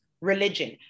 religion